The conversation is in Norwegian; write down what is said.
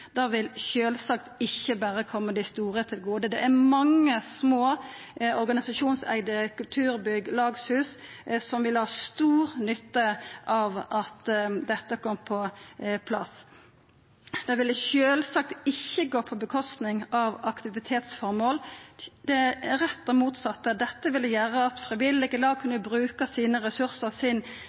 rehabilitering vil sjølvsagt ikkje berre koma dei store til gode. Det er mange små organisasjonseigde kulturbygg og lagshus som vil ha stor nytte av at dette kjem på plass. Det ville sjølvsagt ikkje gå ut over aktivitetsformål. Det er tvert imot motsett. Dette ville gjera at frivillige lag kunne bruka sine ressursar og sin